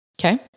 Okay